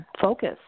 focus